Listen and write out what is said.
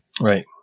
right